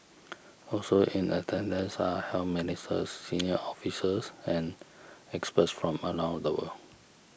also in attendance are health ministers senior officials and experts from around the world